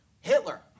Hitler